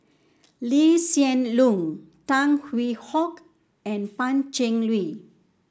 Lee Hsien Loong Tan Hwee Hock and Pan Cheng Lui